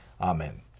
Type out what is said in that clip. Amen